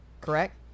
correct